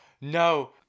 No